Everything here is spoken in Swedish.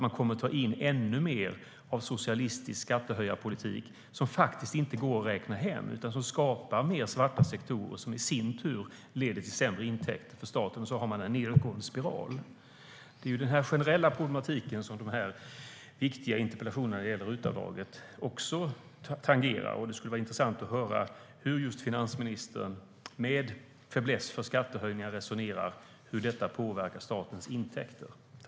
Man kommer att ta in ännu mer av socialistisk skattehöjarpolitik som faktiskt inte går att räkna hem utan skapar fler svarta sektorer som i sin tur leder till sämre intäkter för staten, och så har man en nedåtgående spiral.